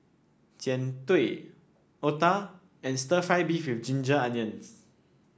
Jian Dui otah and stir fry beef with Ginger Onions